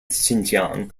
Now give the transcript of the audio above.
xinjiang